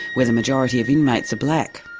where the majority of inmates are black.